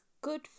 good